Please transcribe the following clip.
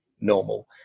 normal